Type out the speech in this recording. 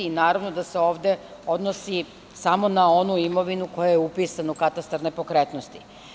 Naravno da se ovde odnosi samo na onu imovinu koja je upisana u katastar nepokretnosti.